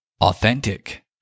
Authentic